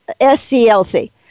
SCLC